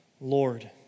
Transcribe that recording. Lord